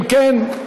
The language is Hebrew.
אם כן,